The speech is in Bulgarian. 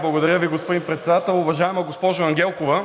Благодаря Ви, господин Председател. Уважаема госпожо Ангелкова,